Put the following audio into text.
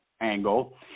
angle